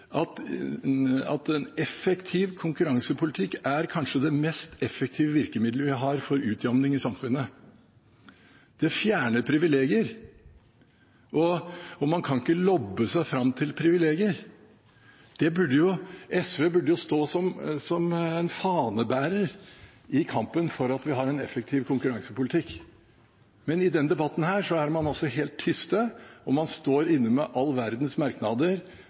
har for utjevning i samfunnet. Det fjerner privilegier, og man kan ikke lobbe seg fram til privilegier. SV burde jo stå som en fanebærer i kampen for at vi har en effektiv konkurransepolitikk, men i denne debatten er man helt tyst, og man står inne med all verdens merknader